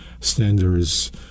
standards